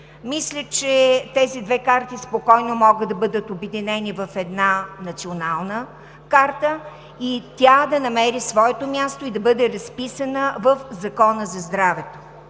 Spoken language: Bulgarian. Мисля, че тези две карти спокойно могат да бъдат обединени в една национална карта, която да намери своето място и да бъде разписана в Закона за здравето.